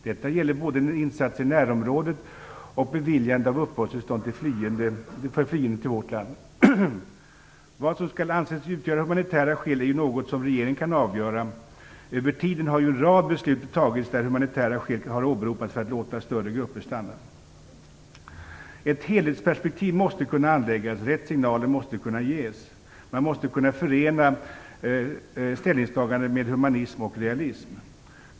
Detta gäller både insatser i närområdet och beviljande av uppehållstillstånd för flyende till vårt land. Vad som skall anses utgöra humanitära skäl är något som regeringen kan avgöra. Över tiden har en rad beslut fattats där humanitära skäl har åberopats för att låta större grupper stanna. Ett helhetsperspektiv måste kunna anläggas och rätt signaler måste kunna ges. Man måste kunna förena ställningstagande med humanism och realism.